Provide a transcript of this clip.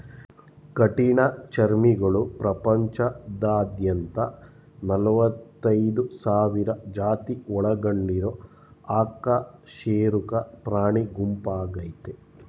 ಕಠಿಣಚರ್ಮಿಗಳು ಪ್ರಪಂಚದಾದ್ಯಂತ ನಲವತ್ತೈದ್ ಸಾವಿರ ಜಾತಿ ಒಳಗೊಂಡಿರೊ ಅಕಶೇರುಕ ಪ್ರಾಣಿಗುಂಪಾಗಯ್ತೆ